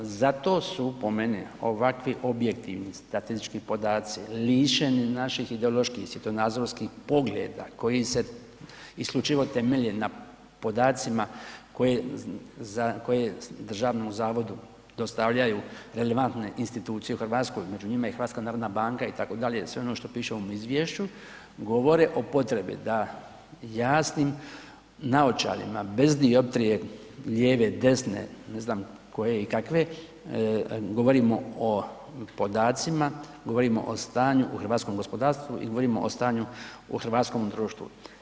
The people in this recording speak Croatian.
Zato su po meni ovakvi objektivni statistički podaci lišeni naših ideoloških svjetonazorskih pogleda koji se isključivo temelje na podacima koje državnom zavodu dostavljaju relevantne institucije u Hrvatskoj, među njima i HNB itd., sve ono što piše u ovom izvješću, govore o potrebi da jasnim naočalama bez dioptrije, lijeve, desne, ne znam koje i kakve, govorimo o podacima, govorim o stanju o hrvatskom gospodarstvu i govorimo o stanju u hrvatskom društvu.